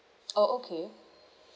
oh okay